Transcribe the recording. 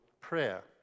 prayer